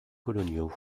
coloniaux